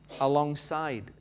alongside